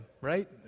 right